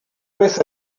vez